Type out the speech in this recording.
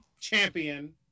champion